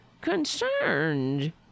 concerned